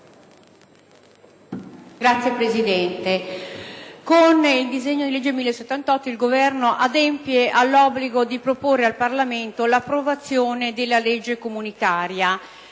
Signor Presidente, con il disegno di legge n. 1078 il Governo adempie all'obbligo di proporre al Parlamento l'approvazione della legge comunitaria,